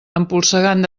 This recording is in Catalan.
empolsegant